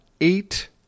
eight